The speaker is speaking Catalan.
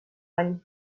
any